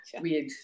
Weird